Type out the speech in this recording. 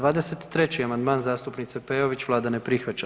23. amandman, zastupnice Peović Vlada ne prihvaća.